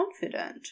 confident